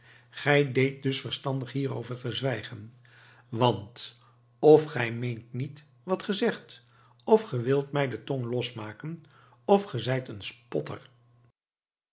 ge deedt dus verstandig hierover te zwijgen want f gij meent niet wat ge zegt f ge wilt mij de tong los maken f ge zijt een spotter